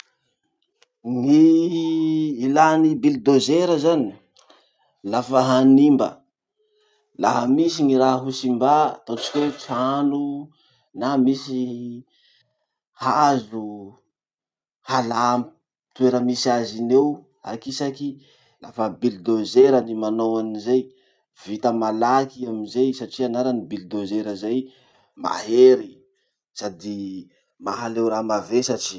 Ny ilàn'ny bilidozera zany, lafa hanimba. Laha misy gny raha ho simba ataotsika hoe trano na misy hazo halà amy toera misy azy iny eo, hakisaky, lafa bilidozera ny manao anizay. Vita malaky i amizay satria anarany bilidozera zay, mahery sady mahaleo raha mavesatry.